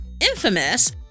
infamous